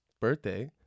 birthday